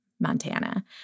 Montana